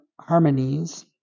harmonies